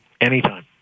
Anytime